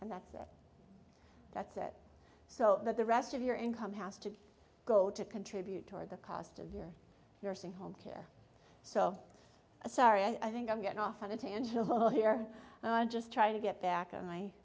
and that's it that's it so that the rest of your income has to go to contribute toward the cost of your nursing home care so sorry i think i'm getting off on a tangent a little here just trying to get back on my